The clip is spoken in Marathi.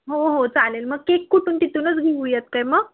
हो हो चालेल मग केक कुठून तिथूनच घेऊयात काय मग